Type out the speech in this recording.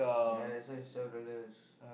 ya that's why it's twelve dollars